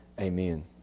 Amen